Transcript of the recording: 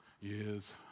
years